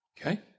Okay